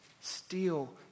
Steal